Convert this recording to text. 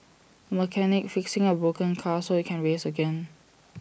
A mechanic fixing A broken car so IT can race again